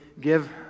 give